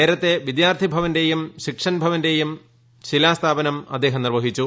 നേരത്തെ വിദ്യാർത്ഥി ഭവന്റേയും ശിക്ഷൻ ഭവന്റേയും ശിലാസ്ഥാപനം അദ്ദേഹം നിർവ്വഹിച്ചു